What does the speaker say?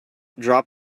drop